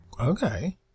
Okay